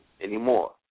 anymore